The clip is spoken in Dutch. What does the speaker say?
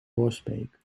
borsbeek